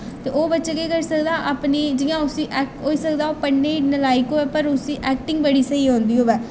ते ओह् बच्चा केह् करी सकदा अपनी जि'यां उस्सी ऐक होई सकदा ओह् पढ़ने गी नलाइक होऐ पर उस्सी ऐक्टिंग बड़ी स्हेई औंदी होवै